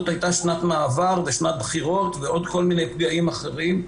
זאת הייתה שנת מעבר ושנת בחירות ועוד כל מיני פגעים אחרים,